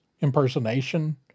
impersonation